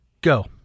go